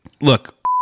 look